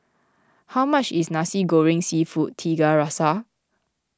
how much is Nasi Goreng Seafood Tiga Rasa